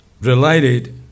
related